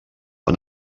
van